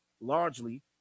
largely